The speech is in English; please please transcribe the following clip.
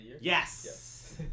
Yes